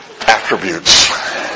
attributes